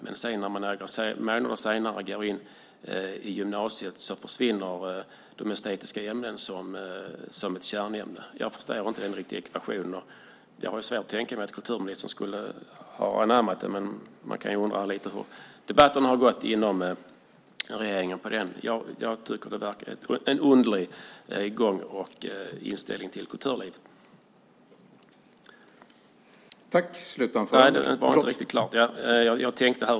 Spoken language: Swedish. Men senare när de går in i gymnasiet försvinner de estetiska ämnena som kärnämne. Jag förstår inte riktigt den ekvationen. Jag har svårt att tänka mig att kulturministern skulle ha anammat det. Man kan undra lite hur debatten har gått inom regeringen. Det verkar vara en underlig inställning till kulturlivet.